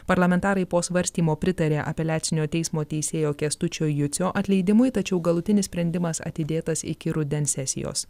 parlamentarai po svarstymo pritarė apeliacinio teismo teisėjo kęstučio jucio atleidimui tačiau galutinis sprendimas atidėtas iki rudens sesijos